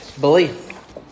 belief